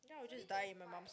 then I will just die in my mum's